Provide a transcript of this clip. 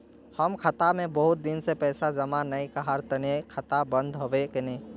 हम खाता में बहुत दिन से पैसा जमा नय कहार तने खाता बंद होबे केने?